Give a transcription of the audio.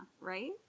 right